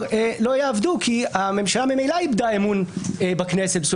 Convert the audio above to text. יעבדו כי הממשלה ממילא איבדה אמון של הכנסת,